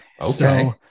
Okay